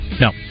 No